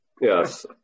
Yes